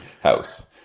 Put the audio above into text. house